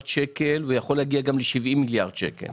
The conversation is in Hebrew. שקלים וזה יכול להגיע גם ל-70 מיליארד שקלים.